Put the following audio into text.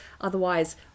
otherwise